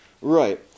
Right